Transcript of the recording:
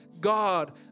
God